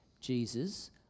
Jesus